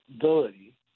ability